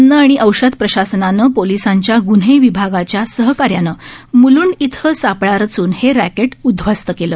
अन्न आणि औषध प्रशासनानं पोलिसांच्या गुन्हे विभागाच्या सहकार्यानं मुलंड इथं सापळा रचून हे रॅकेट उध्वस्त केलं